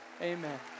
Amen